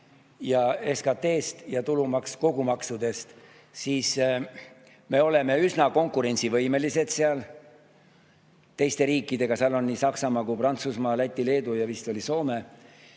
SKT-st ja tulumaks kogu maksudest, ja me oleme üsna konkurentsivõimelised seal teiste riikidega. Seal on Saksamaa, Prantsusmaa, Läti, Leedu ja vist oli Soome.